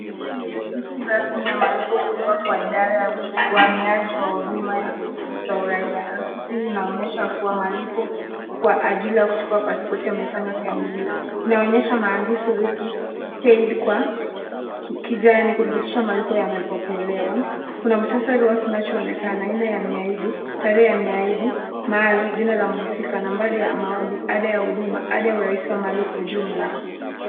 Hili ni risiti rasmi ama marakwe kutoka kwa idara ya uhamiaji wa huduma za utoaji wa uraia. Risiti hii inaonyesha kuwa malipo kwa ajili ya kuchukua paspoti yamefanywa kikamilifu. Inaonyesha maandishi "receipt paid" kwa kijani kudhibitisha malipo yamepokelewa. Kuna muhtasari wa kinachoonekana: Aina ya miaadi, tarehe ya miaadi, mahali, jina la mhusika, nambari ya maombi, ada ya huduma, ada ya urahisi wa malipo, jumla.